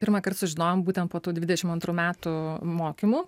pirmąkart sužinojom būtent po tų dvidešim antrų metų mokymų